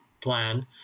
plan